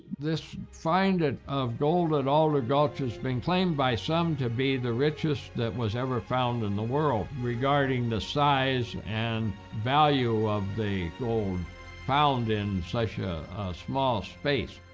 this find ah of gold at alder gulch has been claimed by some to be the richest that was ever found in the world. regarding the size and value of the gold found in such a small space.